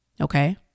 Okay